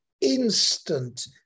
instant